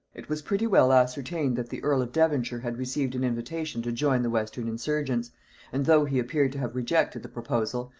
it was pretty well ascertained that the earl of devonshire had received an invitation to join the western insurgents and though he appeared to have rejected the proposal,